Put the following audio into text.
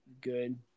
good